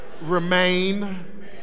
remain